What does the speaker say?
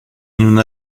una